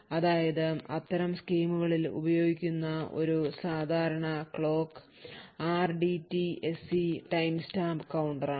അതായത് അത്തരം സ്കീമുകളിൽ ഉപയോഗിക്കുന്ന ഒരു സാധാരണ ക്ലോക്ക് RDTSC ടൈംസ്റ്റാമ്പ് കൌണ്ടറാണ്